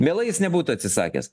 mielai jis nebūtų atsisakęs